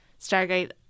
Stargate